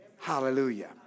Hallelujah